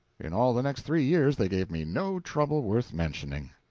in all the next three years they gave me no trouble worth mentioning.